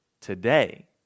today